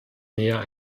näher